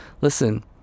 listen